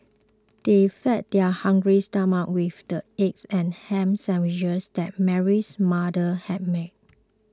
they fed their hungry stomachs with the egg and ham sandwiches that Mary's mother had made